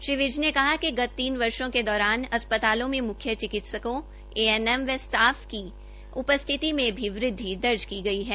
श्री विज ने कहा कि गत तीन वर्षो के दौरान अस्पतालों में मुख्य चिकित्सकों एएनएम व स्टॉफ की उपस्थिति में भी बढोतरी दर्ज की गई है